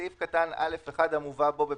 (1)בסעיף קטן (א1) המובא בו,